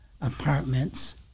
apartments